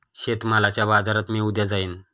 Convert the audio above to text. शेतमालाच्या बाजारात मी उद्या जाईन